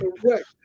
Correct